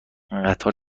قطار